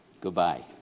Goodbye